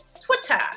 twitter